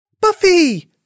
Buffy